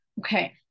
Okay